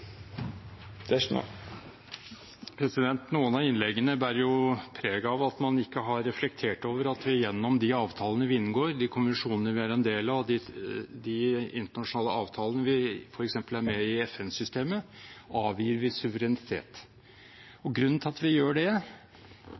Noen av innleggene bærer preg av at man ikke har reflektert over at vi gjennom de avtalene vi inngår, de konvensjonene vi er en del av, og de internasjonale avtalene vi f.eks. er med i gjennom FN-systemet, avgir suverenitet. Grunnen til at vi gjør det,